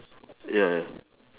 ya ya